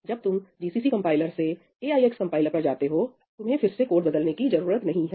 जब तुम GCC compiler से AIX कंपाइलर पर जाते हो तो तुम्हें फिर से कोड बदलने की जरूरत नहीं है